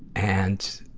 and,